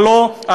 ולא,